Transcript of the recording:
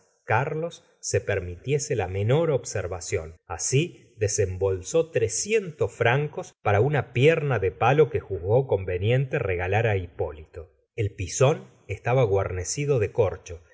carlos se per gustavo flaubert mitiese la menor observación asi desembolsó trescientos francos para una pierna de palo que juzgó conveniente regalar á hipólito el pisón estaba guarnecido de corcho